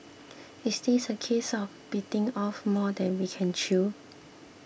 is this a case of biting off more than we can chew